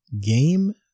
game